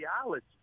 ideology